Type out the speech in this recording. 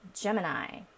Gemini